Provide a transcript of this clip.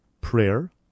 prayer